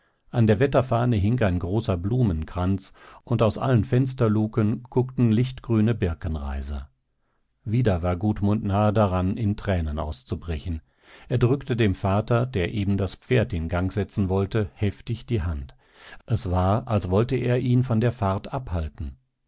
an der wetterfahne hing ein großer blumenkranz und aus allen fensterluken guckten lichtgrüne birkenreiser wieder war gudmund nahe daran in tränen auszubrechen er drückte dem vater der eben das pferd in gang setzen wollte heftig die hand es war als wollte er ihn von der fahrt abhalten